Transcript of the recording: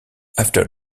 after